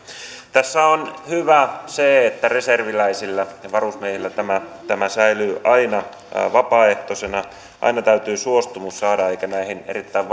tässä on hyvä asia se että reserviläisillä ja varusmiehillä tämä tämä säilyy aina vapaaehtoisena aina täytyy suostumus saada eikä näihin erittäin